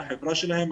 על החברה שלהם,